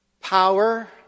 power